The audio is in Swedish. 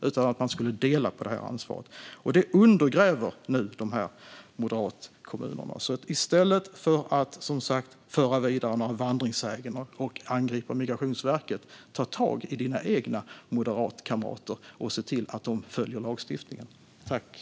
Man skulle dela på ansvaret. Detta undergrävs nu av de här moderatkommunerna. Ta tag i dina egna moderatkamrater, Niklas Wykman, och se till att de följer lagstiftningen i stället för att stå här och föra vidare vandringssägner och angripa Migrationsverket!